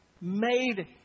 made